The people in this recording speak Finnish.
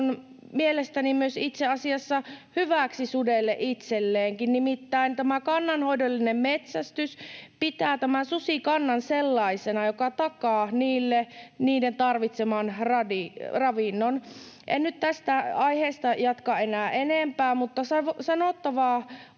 on mielestäni myös itse asiassa hyväksi sudelle itselleenkin. Nimittäin tämä kannanhoidollinen metsästys pitää tämän susikannan sellaisena, että se takaa niille niiden tarvitseman ravinnon. En nyt tästä aiheesta jatka enää enempää, mutta sanottava